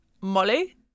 Molly